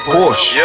Porsche